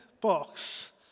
box